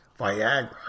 Viagra